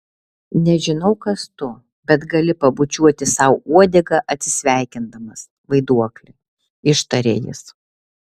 nežinau kas tu bet gali pabučiuoti sau uodegą atsisveikindamas vaiduokli ištarė jis